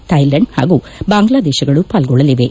Thailand ಪಾಗೂ ಬಾಂಗ್ಲಾದೇಶಗಳು ಪಾಲ್ಗೊಳ್ಳಲಿವೆ